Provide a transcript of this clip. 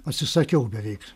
atsisakiau beveik